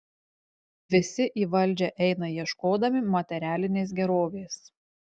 visi į valdžią eina ieškodami materialinės gerovės